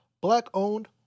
Black-owned